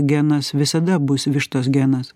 genas visada bus vištos genas